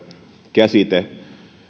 käsite